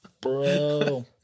Bro